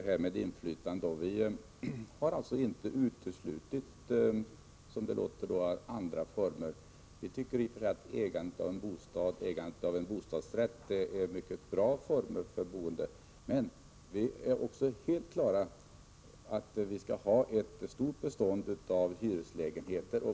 Herr talman! Vi har inte uteslutit andra former än de vi föreslår när det gäller boendeinflytandet. Vi tycker i och för sig att ägandet av en bostadsrätt är en mycket bra form för boendet. Men vi är också helt på det klara med att vi skall ha ett stort bestånd av hyreslägenheter.